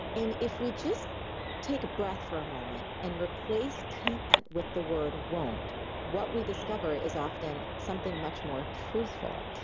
and if we just take a breath for a moment and replace can't and with the word won't what we discover is often something much more truthful.